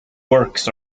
works